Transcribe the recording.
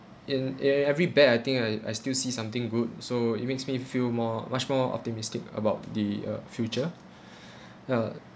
in e~ e~ every bad I think I I still see something good so it makes me feel more much more optimistic about the uh future ya